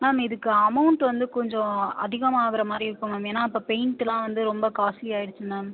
ma'am இதற்கு amount வந்து கொஞ்சம் அதிகமாகுகிற மாதிரி இருக்கும் மேம் ஏன்னா இப்போ பெயிண்ட்லாம் வந்து ரொம்ப காஸ்ட்லி ஆயிடுச்சு மேம்